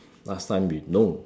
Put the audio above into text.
last time we no